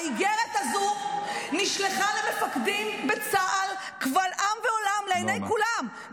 האיגרת הזו נשלחה למפקדים בצה"ל קבל עם ועולם לעיני כולם.